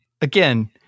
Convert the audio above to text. again